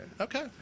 Okay